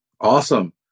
Awesome